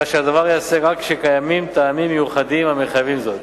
כך שהדבר ייעשה רק כשקיימים טעמים מיוחדים המחייבים זאת.